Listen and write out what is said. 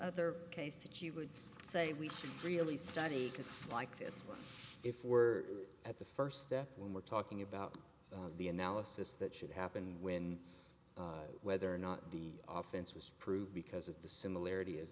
other case that you would say we should really study like this one if we're at the first step when we're talking about the analysis that should happen when whether or not the offense was proved because of the similarity